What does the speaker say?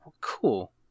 Cool